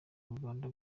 uganda